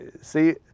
see